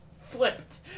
flipped